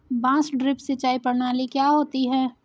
बांस ड्रिप सिंचाई प्रणाली क्या होती है?